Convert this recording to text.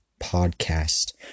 podcast